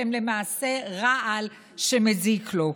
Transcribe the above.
שהם למעשה רעל שמזיק לו.